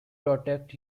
protect